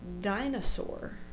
Dinosaur